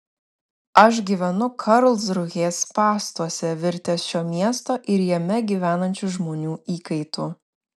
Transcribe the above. aš gyvenu karlsrūhės spąstuose virtęs šio miesto ir jame gyvenančių žmonių įkaitu